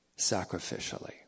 sacrificially